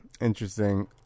Interesting